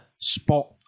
spot